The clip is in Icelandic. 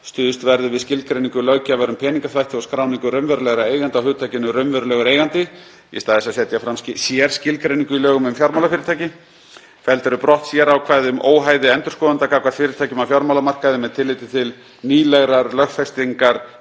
Stuðst verður við skilgreiningu löggjafar um peningaþvætti og skráningu raunverulegra eigenda á hugtakinu raunverulegur eigandi í stað þess að setja fram sérskilgreiningu í lögum um fjármálafyrirtæki. Felld eru brott sérákvæði um óhæði endurskoðenda gagnvart fyrirtækjum á fjármálamarkaði með tilliti til nýlegrar lögfestingar